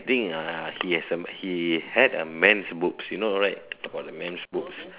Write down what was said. think uh he has a he had a men's boobs you know right about the men boobs